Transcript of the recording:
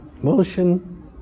motion